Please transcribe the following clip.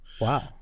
Wow